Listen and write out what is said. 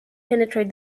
penetrate